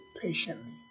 patiently